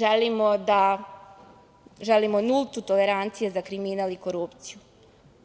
Želimo nultu toleranciju za kriminal i korupciju,